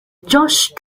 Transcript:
josh